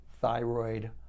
thyroid